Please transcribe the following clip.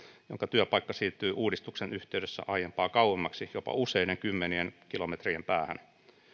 jonka työpaikka siirtyy uudistuksen yhteydessä aiempaa kauemmaksi jopa useiden kymmenien kilometrien päähän